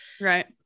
right